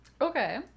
Okay